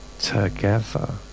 together